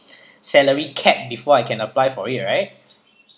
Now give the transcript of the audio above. salary cap before I can apply for it right